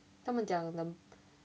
他们讲 the